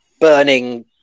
burning